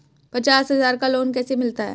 पचास हज़ार का लोन कैसे मिलता है?